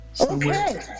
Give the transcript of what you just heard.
okay